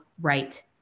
right